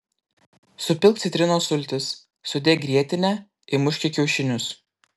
supilk citrinos sultis sudėk grietinę įmuški kiaušinius